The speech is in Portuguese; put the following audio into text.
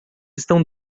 estão